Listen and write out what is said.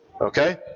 Okay